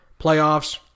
playoffs